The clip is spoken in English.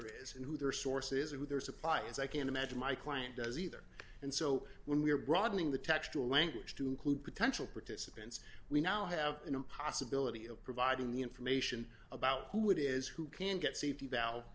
is in who their sources are who their supply is i can't imagine my client does either and so when we are broadening the textual language to include potential participants we now have no possibility of providing the information about who it is who can get safety val